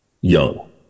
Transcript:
young